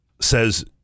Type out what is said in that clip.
says